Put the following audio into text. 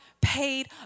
paid